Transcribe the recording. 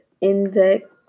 index